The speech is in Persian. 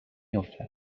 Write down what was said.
افتد